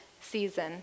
season